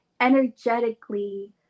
energetically